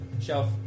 Shelf